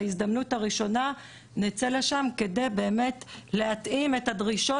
בהזדמנות הראשונה נצא לשם כדי להתאים את הדרישות